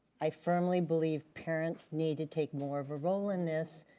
i firmly believe parents need to take more of a role in this,